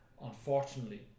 unfortunately